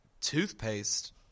toothpaste